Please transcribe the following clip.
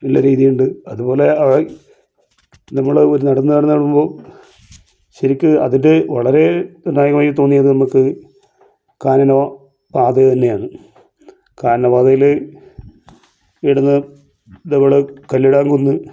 ഉള്ള രീതിയുണ്ട് അതുപോലെ നമ്മള് ഓര് നടന്നു നടന്നു ചെല്ലുമ്പോൾ ശരിക്ക് അതിൻ്റെ വളരെ നിർണായകമായി തോന്നിയത് നമുക്ക് കാനനപാത തന്നെയാണ് കാനനപാതയിലെ ഇവിടുന്ന് നമ്മള് കല്ലടാം കുന്ന്